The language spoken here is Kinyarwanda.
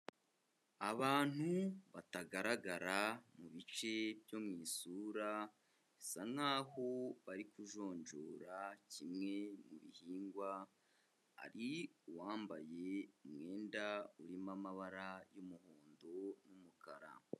Abantu batagaragara mu bice byo mu isura, bisa nkaho bari kujonjora kimwe mu bihingwa, hari uwambaye umwenda urimo amabara y'umuhondo n'umukara.